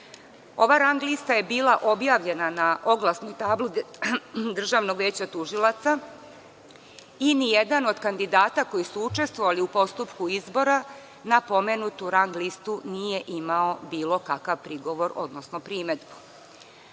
Ova rang lista je bila objavljena na oglasnoj tabli Državnog veća tužilaca i ni jedan od kandidata koji su učestvovali u postupku izbora na pomenutu rang listu nije imao nikakav prigovor, odnosno primedbu. Analizom